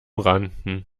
rannten